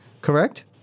correct